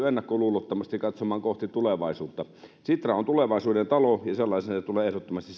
ennakkoluulottomasti katsomaan kohti tulevaisuutta sitra on tulevaisuuden talo ja sellaisena sen tulee ehdottomasti